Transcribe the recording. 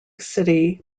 city